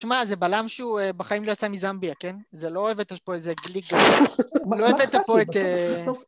- תשמע, זה בלם שהוא בחיים לא יצא מזמביה, כן? זה לא אוהב את הפועל, זה גליגליה. - מה אכפת לי? בסוף.. - לא הבאת פה את אה..